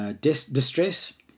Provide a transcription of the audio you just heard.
distress